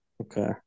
Okay